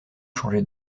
changer